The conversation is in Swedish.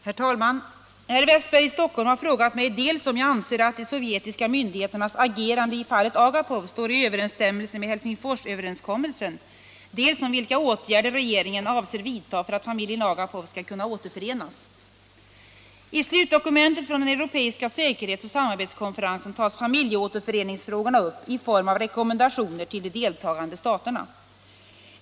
Herr talman! Herr Wästberg i Stockholm har frågat mig dels om jag anser att de sovjetiska myndigheternas agerande i fallet Agapov står i överensstämmelse med Helsingforsöverenskommelsen, dels om vilka åtgärder regeringen avser vidta för att familjen Agapov skall kunna återförenas. I slutdokumentet från den europeiska säkerhets och samarbetskonferensen tas familjeåterföreningsfrågorna upp i form av rekommendationer till de deltagande staterna.